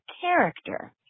character